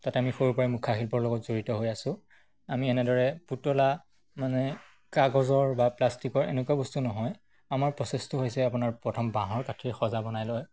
তাতে আমি সৰুৰপৰাই মুখাশিল্পৰ লগত জড়িত হৈ আছো আমি এনেদৰে পুতলা মানে কাগজৰ বা প্লাষ্টিকৰ এনেকুৱা বস্তু নহয় আমাৰ প্ৰচেছটো হৈছে আপোনাৰ প্ৰথম বাঁহৰ কাঠিৰে সজা বনাই লয়